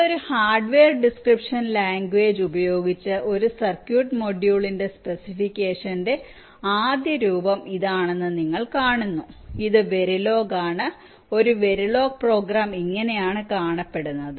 ഇപ്പോൾ ഒരു hardware description language ഉപയോഗിച്ച് ഒരു സർക്യൂട്ട് മൊഡ്യൂളിന്റെ സ്പെസിഫിക്കേഷന്റെ ആദ്യ രൂപം ഇതാണെന്ന് നിങ്ങൾ കാണുന്നു ഇത് വെരിലോഗ് ആണ് ഒരു വെരിലോഗ് പ്രോഗ്രാം ഇങ്ങനെയാണ് കാണപ്പെടുന്നത്